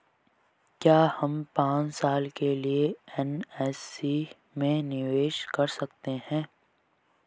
क्या हम पांच साल के लिए एन.एस.सी में निवेश कर सकते हैं?